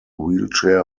wheelchair